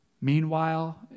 Meanwhile